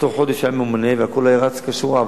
בתוך חודש היה ממונה והכול היה רץ כשורה.